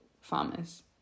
farmers